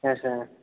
अच्छा